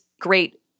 great